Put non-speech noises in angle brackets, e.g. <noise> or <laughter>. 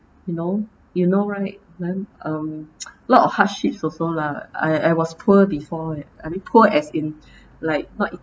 you know you know right then um <noise> a lot of hardships also lah I I was poor before it and poor as in like like